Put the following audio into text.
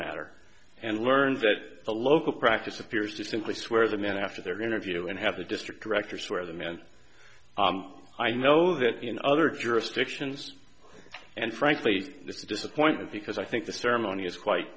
matter and learned that the local practice appears to simply swear the man after their interview and have the district director swear the man i know that in other jurisdictions and frankly disappointed because i think the ceremony is quite